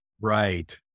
Right